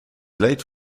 late